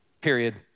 Period